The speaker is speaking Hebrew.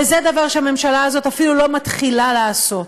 וזה דבר שהממשלה הזאת אפילו לא מתחילה לעשות.